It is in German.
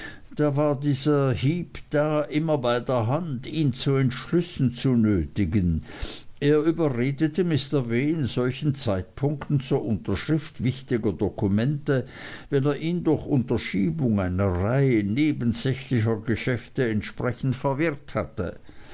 da war dieser heep da immer bei der hand ihn zu entschlüssen zu nötigen er überredete mr w in solchen zeitpunkten zur unterschrift wichtiger dokumente wenn er ihn durch unterschiebung einer reihe nebensächlicher geschäfte entsprechend verwirrt hatte